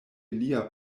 lia